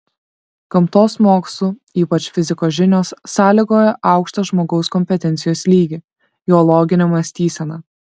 gamtos mokslų ypač fizikos žinios sąlygoja aukštą žmogaus kompetencijos lygį jo loginę mąstyseną